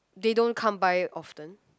they don't come by often